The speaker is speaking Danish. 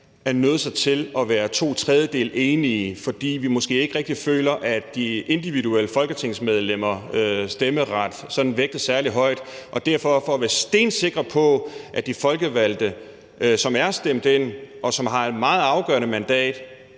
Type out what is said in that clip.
et flertal på to tredjedele, fordi vi måske ikke rigtig føler, at de individuelle folketingsmedlemmers stemmeret skal vægtes særlig højt. Vi er for at være stensikre på, at vi tager de folkevalgte, som er stemt ind, og som har et meget afgørende mandat,